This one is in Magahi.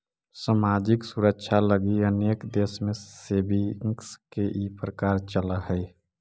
सामाजिक सुरक्षा लगी अनेक देश में सेविंग्स के ई प्रकल्प चलऽ हई